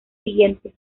siguiente